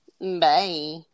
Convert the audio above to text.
Bye